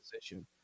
position